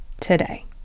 today